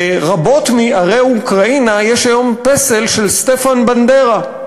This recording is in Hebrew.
ברבות מערי אוקראינה יש היום פסל של סטפן בנדרה,